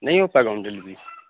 نہیں ہو پائے گا ہوم ڈیلیبری